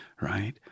Right